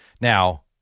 Now